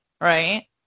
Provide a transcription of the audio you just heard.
right